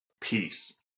peace